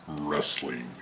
wrestling